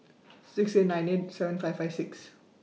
six eight nine eight seven five five six